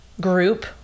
group